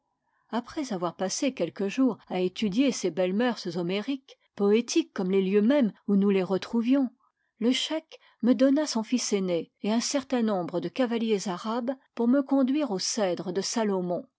après avoir passé quelques jours à étudier ces belles mœurs homériques poétiques comme les lieux mêmes où nous les retrouvions le scheik me donna son fils aîné et un certain nombre de cavaliers arabes pour me conduire aux cèdres de salomon